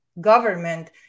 government